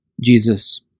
Jesus